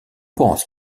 pense